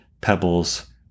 pebbles